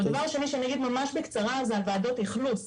הדבר השני שאני אגיד ממש בקצרה זה על ועדות האיכלוס